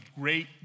great